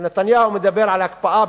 כשנתניהו מדבר על הקפאה,